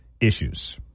issues